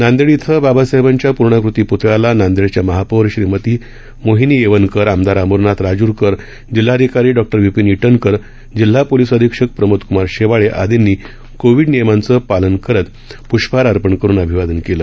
नांदेड इथ doctor Babasaheb Ambedkar यांच्या प्र्णाकृती प्तळ्याला नांदेडच्या महापौर श्रीमती मोहिनी येवनकर आमदार अमरनाथ राजूरकर जिल्हाधिकारी डॉ विपिन ई नकर जिल्हा पोलीस अधीक्षक प्रमोदक्मार शेवाळे आदिंनी कोविड नियमांचं पालन करत प्ष्पहार अर्पण करून अभिवादन केलं